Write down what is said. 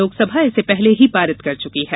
लोकसभा इसे पहले ही पारित कर चुकी है